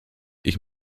ich